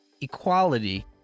equality